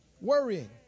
Worrying